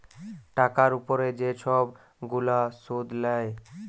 টাকার উপরে যে ছব গুলা সুদ লেয়